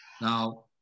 Now